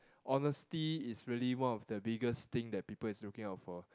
honesty it's really one of the biggest thing that people is looking out for